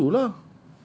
ya lah the glue lah